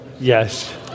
Yes